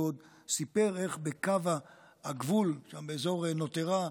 הוא עוד סיפר איך בקו הגבול, שם באזור נוטרה,